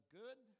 good